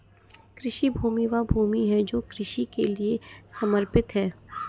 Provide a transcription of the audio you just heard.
कृषि भूमि वह भूमि है जो कृषि के लिए समर्पित है